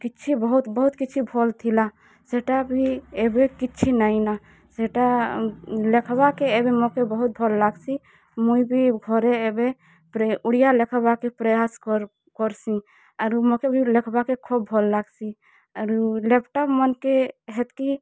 କିଛି ବହୁତ୍ କିଛି ଭଲ୍ ଥିଲା ସେଟା ବି ଏବେ କିଛି ନାଇଁ ନ ସେଟା ଲେଖ୍ବାର୍କେ ଏବେ ମତେ ବହୁତ୍ ଭଲ ଲାଗ୍ସି ମୁଇଁ ବି ଘରେ ଏବେ ଓଡ଼ିଆ ଲେଖ୍ବାର୍ କେ ପ୍ରୟାସ୍ କର୍ସିଁ ଆରୁ ମତେ ବି ଲେଖ୍ବାର୍ କେ ଖୁବ୍ ଭଲ୍ ଲାଗ୍ସି ଆରୁ ଲ୍ୟାପ୍ଟପ୍ ମାନ୍କେ ହେତ୍କି